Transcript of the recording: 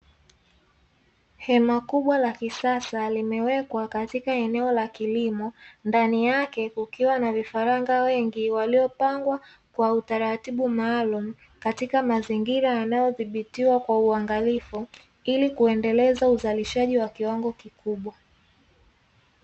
Hema kubwa la kisasa, limewekwa katika eneo la kilimo, ndani yake kukiwa na vifaranga wengi waliopangwa kwa utaratibu maalumu katika mazingira yanayodhibitiwa kwa uangalifu ili kuendeleza uzalishaji wa kiwango kikubwa.